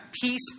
peace